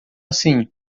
assim